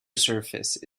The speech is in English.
surface